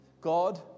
God